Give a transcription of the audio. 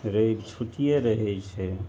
रवि छुट्टिये रहय छै